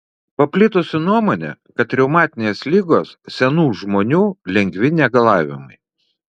paplitusi nuomonė kad reumatinės ligos senų žmonių lengvi negalavimai